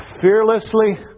fearlessly